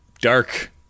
dark